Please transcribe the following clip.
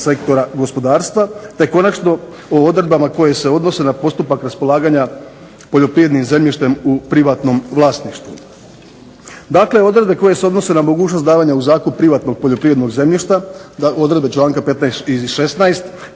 sektora gospodarstva, te konačno o odredbama koje se odnose na postupak raspolaganja poljoprivrednim zemljištem u privatnom vlasništvu. Dakle, odredbe koje se odnose na mogućnost davanja u zakup privatnog poljoprivrednog zemljišta odredbe članka 15. i 16.